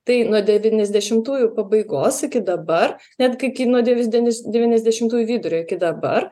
tai nuo devyniasdešimtųjų pabaigos iki dabar net kai kino devis denis devyniasdešimtųjų vidurio iki dabar